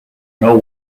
know